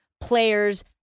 players